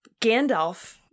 Gandalf